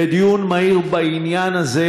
לדיון מהיר בעניין הזה.